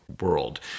world